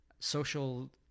Social